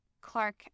Clark